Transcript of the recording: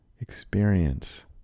experience